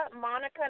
Monica